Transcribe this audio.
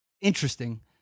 Interesting